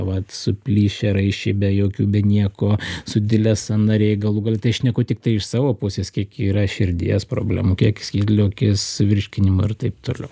vat suplyšę raiščiai be jokių be nieko sudilę sąnariai galų gale tai šneku tiktai iš savo pusės kiek yra širdies problemų kiek skydliaukės virškinimo ir taip toliau